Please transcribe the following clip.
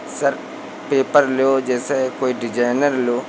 sir paper लो जैसे कोई डिजइनर लो